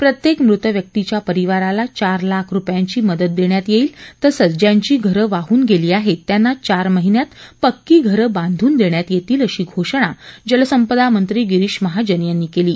प्रत्येक मृत व्यक्तिच्या परिवाराला चार लाख रुपयांची मदत देण्यात येईल तसंच ज्यांची घर वाहन गेली आहेत त्यांना चार महिन्यात पक्की घरं बांधून देण्यात येतील अशी घोषणा जलसंपदा मंत्री गिरिष महाजन यांनी केली आहे